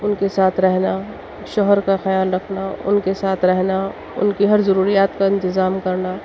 ان کے ساتھ رہنا شوہر کا خیال رکھنا ان کے ساتھ رہنا ان کی ہر ضروریات کا انتظام کرنا